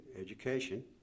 education